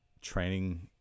training